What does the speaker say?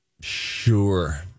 sure